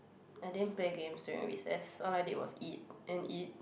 I didn't play games during recess all I did was eat and eat